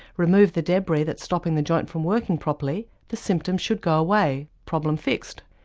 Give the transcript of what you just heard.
remove the debris that's stopping the joint from working properly, the symptoms should go away problem fixed.